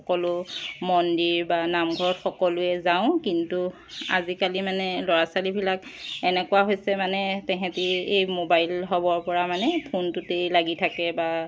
সকলো মন্দিৰ বা নামঘৰত সকলোৱে যাওঁ কিন্তু আজিকালি মানে ল'ৰা ছোৱালীবিলাক এনেকুৱা হৈছে মানে তেহেঁতি এই মোবাইল হ'বৰ পৰা মানে ফোনটোতেই লাগি থাকে বা